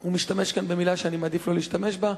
הוא משתמש כאן במלה שאני מעדיף לא להשתמש בה,